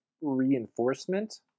reinforcement